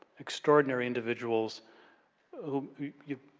extraordinary individuals who